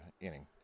inning